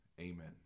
amen